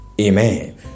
Amen